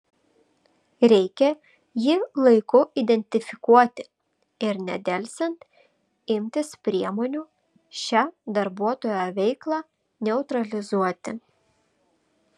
reikia jį laiku identifikuoti ir nedelsiant imtis priemonių šią darbuotojo veiklą neutralizuoti